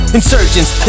Insurgents